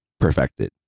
perfected